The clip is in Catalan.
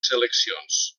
seleccions